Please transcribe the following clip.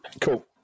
Cool